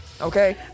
Okay